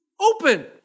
open